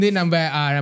number